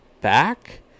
back